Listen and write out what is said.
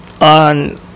on